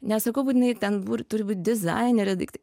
nesakau būtinai ten bur turi būt dizainerio daiktai